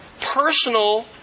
personal